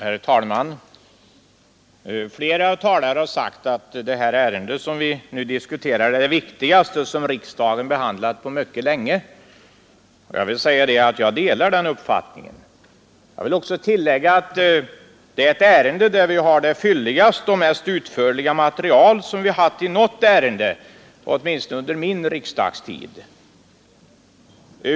Herr talman! Flera talare har sagt att det ärende vi nu diskuterar är det viktigaste som riksdagen behandlat på mycket länge. Jag delar den uppfattningen, och jag vill tillägga att det är ett ärende, där vi har det fylligaste och mest utförliga material som vi haft i något ärende, åtminstone under min riksdagstid.